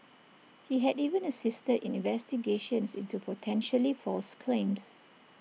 he had even assisted in investigations into potentially false claims